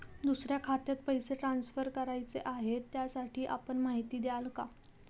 दुसऱ्या खात्यात पैसे ट्रान्सफर करायचे आहेत, त्यासाठी आपण माहिती द्याल का?